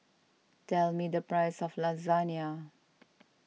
tell me the price of Lasagna